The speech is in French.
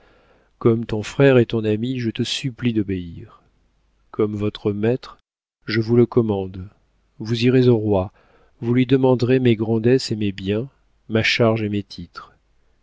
comme ton frère et ton ami je te supplie d'obéir comme votre maître je vous le commande vous irez au roi vous lui demanderez mes grandesses et mes biens ma charge et mes titres